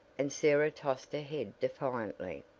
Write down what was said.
and sarah tossed her head defiantly.